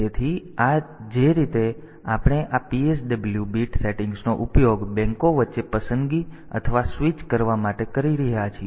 તેથી આ જે રીતે આપણે આ PSW બીટ સેટિંગ્સનો ઉપયોગ બેંકો વચ્ચે પસંદગી અથવા સ્વિચ કરવા માટે કરી શકીએ છીએ